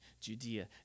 Judea